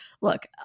Look